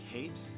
Kate